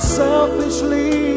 selfishly